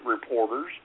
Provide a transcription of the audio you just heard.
reporters